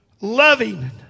loving